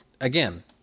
again